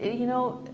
ah you know,